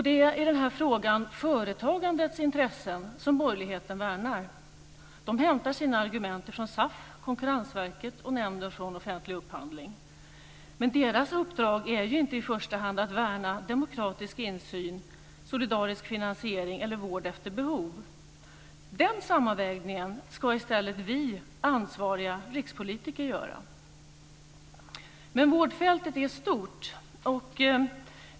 Det är i den här frågan företagandets intressen som borgerligheten värnar. De hämtar sina argument från SAF, Konkurrensverket och Nämnden för offentlig upphandling. Deras uppdrag är inte i första hand att värna demokratisk insyn, solidarisk finansiering eller vård efter behov. Den sammanvägningen ska i stället vi ansvariga rikspolitiker göra Vårdfältet är stort.